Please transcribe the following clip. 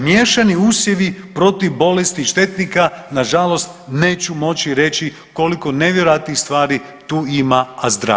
Miješani usjevi protiv bolesti štetnika na žalost neću moći reći koliko nevjerojatnih stvari tu ima a zdravih.